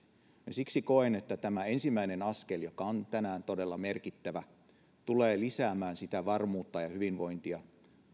siksi koen että tämä ensimmäinen askel joka on tänään todella merkittävä tulee lisäämään sitä varmuutta ja hyvinvointia